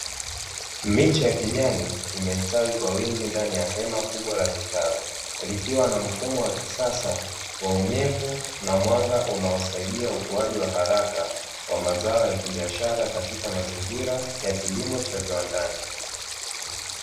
Miche ya kijani imestawi katika hema kubwa la kitalu, likiwa na mfumo wa kisasa wa unyevunyevu na mwanga unaosaidia ukuwaji wa haraka wa mazao ya kibiashara katika mazingira ya kilimo cha viwandani.